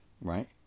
right